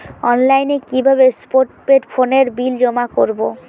অনলাইনে কি ভাবে পোস্টপেড ফোনের বিল জমা করব?